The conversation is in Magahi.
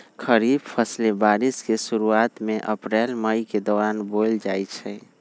खरीफ फसलें बारिश के शुरूवात में अप्रैल मई के दौरान बोयल जाई छई